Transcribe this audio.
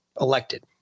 elected